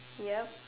yup